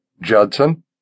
Judson